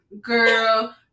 girl